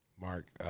Mark